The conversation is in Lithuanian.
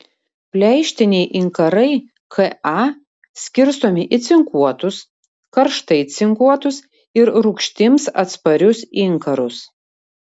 pleištiniai inkarai ka skirstomi į cinkuotus karštai cinkuotus ir rūgštims atsparius inkarus